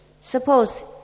Suppose